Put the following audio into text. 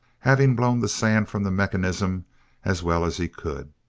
having blown the sand from the mechanism as well as he could.